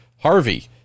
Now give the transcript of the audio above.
Harvey